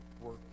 work